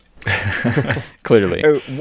clearly